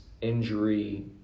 injury